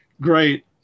great